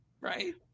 right